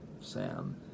Sam